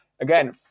Again